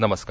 नमस्कार